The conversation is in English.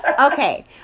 okay